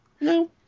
No